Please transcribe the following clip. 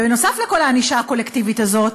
בנוסף לכל הענישה הקולקטיבית הזאת,